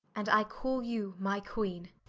and i call you my queene